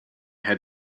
had